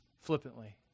flippantly